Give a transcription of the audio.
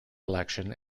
election